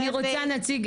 אני רוצה נציג,